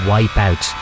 Wipeout